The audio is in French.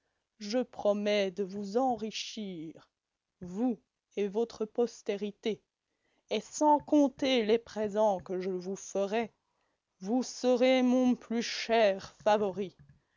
je promets de vous enrichir vous et votre postérité et sans compter les présents que je vous ferai vous serez mon plus cher favori